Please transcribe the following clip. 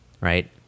right